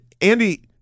Andy